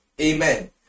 Amen